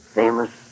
famous